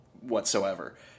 whatsoever